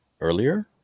earlier